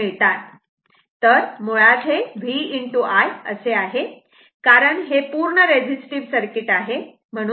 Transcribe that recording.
तर मुळात हे v i आहे कारण हे पूर्ण रेझिस्टिव्ह सर्किट आहे